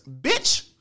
Bitch